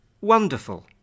Wonderful